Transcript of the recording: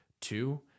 Two